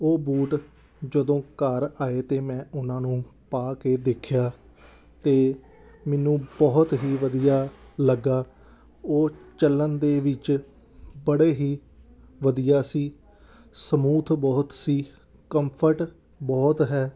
ਉਹ ਬੂਟ ਜਦੋਂ ਘਰ ਆਏ ਅਤੇ ਮੈਂ ਉਹਨਾਂ ਨੂੰ ਪਾ ਕੇ ਦੇਖਿਆ ਤਾਂ ਮੈਨੂੰ ਬਹੁਤ ਹੀ ਵਧੀਆ ਲੱਗਿਆ ਉਹ ਚੱਲਣ ਦੇ ਵਿੱਚ ਬੜੇ ਹੀ ਵਧੀਆ ਸੀ ਸਮੂਥ ਬਹੁਤ ਸੀ ਕੰਫਰਟ ਬਹੁਤ ਹੈ